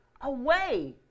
away